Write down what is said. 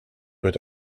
would